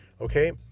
Okay